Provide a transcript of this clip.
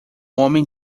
homem